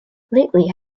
lately